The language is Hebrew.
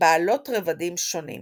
בעלות רבדים שונים.